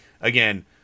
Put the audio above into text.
Again